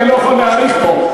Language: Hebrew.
אני לא יכול להאריך פה.